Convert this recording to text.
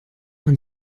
man